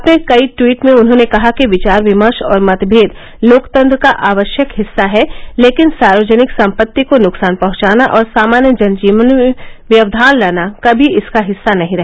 अपने कई टवीट में उन्होंने कहा कि विचार विमर्श और मतभेद लोकतंत्र का आवश्यक हिस्सा है लेकिन सार्वजनिक सम्पत्ति को नुकसान पहुंचाना और सामान्य जनजीवन में व्यवधान लाना कभी इसका हिस्सा नहीं रहे